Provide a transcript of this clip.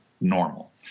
normal